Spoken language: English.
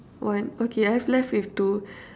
one okay I have left with two